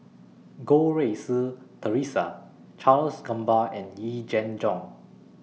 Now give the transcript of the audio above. Goh Rui Si Theresa Charles Gamba and Yee Jenn Jong